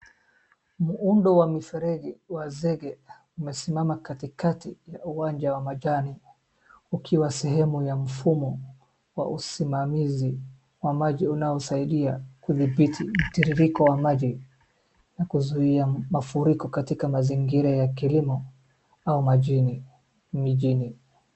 Muundo wa mifereji wa zege umesimama katikati ya uwanja wa majani ukiwa sehemu ya mfumo wa usimamizi wa maji unaosaidia kudhibiti mtiririko wa maji na kuzuia mafuriko katika mazingira ya kilimo au majini mijini.